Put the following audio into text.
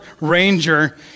Ranger